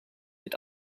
het